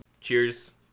Cheers